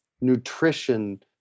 nutrition